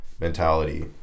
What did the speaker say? mentality